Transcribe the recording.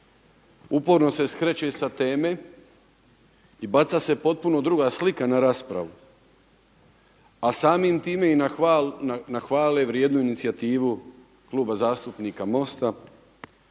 uporno se skreće sa teme i baca se potpuno druga slika na raspravu, a samim time i na hvale vrijednu inicijativu Kluba zastupnika Mosta,